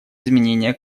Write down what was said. изменения